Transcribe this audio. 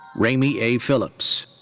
rami a. phillips.